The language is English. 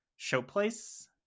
showplace